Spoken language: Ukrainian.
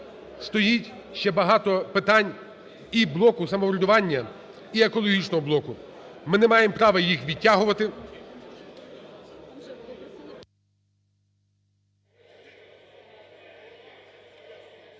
стоїть ще багато питань і блоку самоврядування, і екологічного блоку. Ми не маємо права їх відтягувати.